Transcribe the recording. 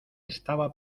estaba